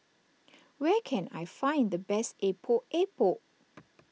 where can I find the best Epok Epok